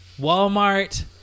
walmart